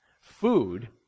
food